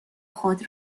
خود